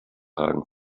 hagen